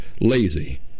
lazy